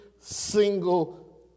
single